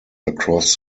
across